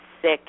sick